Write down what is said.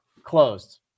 Closed